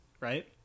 right